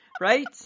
right